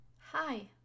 Hi